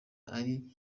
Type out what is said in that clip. ariko